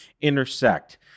intersect